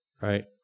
right